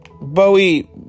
Bowie